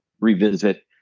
revisit